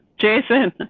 jason.